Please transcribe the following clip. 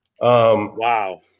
Wow